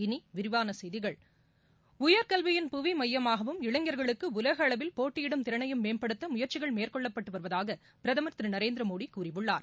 இனி விரிவான செய்திகள் உயர்கல்வியின் புவி னமயமாகவும் இளைஞர்களுக்கு உலக அளவில் போட்டியிடும் திறனையும் மேம்படுத்த முயற்சிகள் மேற்கொள்ளப்பட்டு வருவதாக பிரதமர் திரு நரேதந்திரமோடி கூறியுள்ளார்